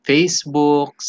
Facebook